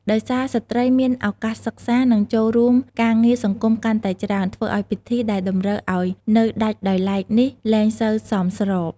ដោយសារ ស្ត្រីមានឱកាសសិក្សា និងចូលរួមការងារសង្គមកាន់តែច្រើន ធ្វើឱ្យពិធីដែលតម្រូវឱ្យនៅដាច់ដោយឡែកនេះលែងសូវសមស្រប។